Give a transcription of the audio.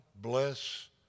bless